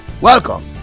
welcome